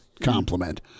compliment